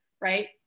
right